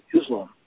Islam